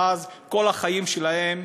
ואז כל החיים שלהם,